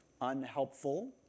unhelpful